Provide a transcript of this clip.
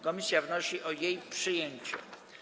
Komisja wnosi o jej przyjęcie.